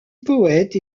poète